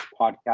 podcast